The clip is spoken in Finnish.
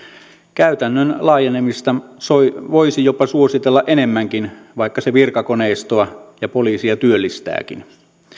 käytännön laajenemista voisi jopa suositella enemmänkin vaikka se virkakoneistoa ja poliisia työllistääkin